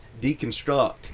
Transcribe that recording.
deconstruct